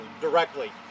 directly